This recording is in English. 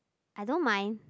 I don't mind